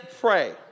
pray